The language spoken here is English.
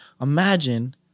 imagine